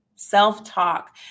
self-talk